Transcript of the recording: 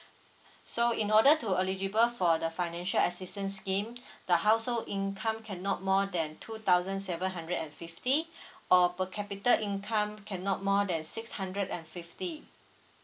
so in order to eligible for the financial assistance scheme the household income cannot more than two thousand seven hundred and fifty or per capita income cannot more than six hundred and fifty